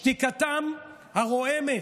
שתיקתם הרועמת,